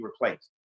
replaced